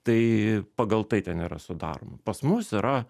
tai pagal tai ten yra sudaroma pas mus yra